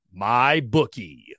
MyBookie